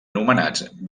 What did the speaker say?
anomenats